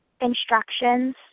instructions